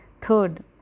third